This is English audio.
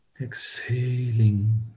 Exhaling